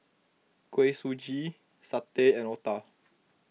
Kuih Suji Satay and Otah